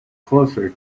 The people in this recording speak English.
closer